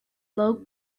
low